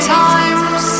times